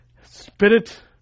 spirit